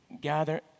gather